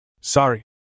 Sorry